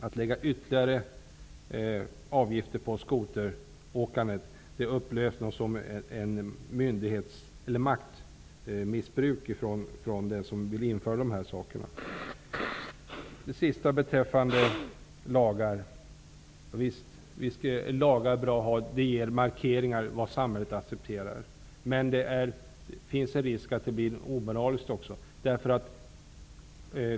Att lägga ytterligare avgifter på skoteråkandet upplevs nog som maktmissbruk. Vad gäller det som sist anfördes beträffande lagar vill jag säga: Visst är det bra att ha lagar. Det ger markeringar av vad samhället accepterar. Men det finns också en risk att det uppstår en omoral.